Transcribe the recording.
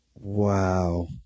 Wow